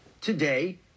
today